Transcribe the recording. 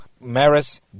Maris